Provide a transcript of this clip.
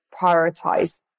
prioritize